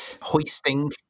Hoisting